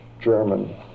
German